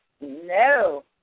no